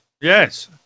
yes